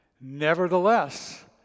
Nevertheless